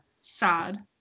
sad